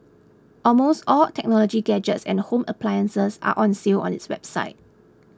almost all technology gadgets and home appliances are on sale on its website